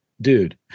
dude